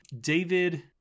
David